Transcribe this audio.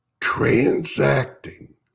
transacting